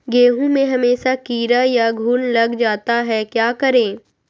गेंहू में हमेसा कीड़ा या घुन लग जाता है क्या करें?